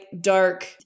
dark